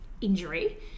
Injury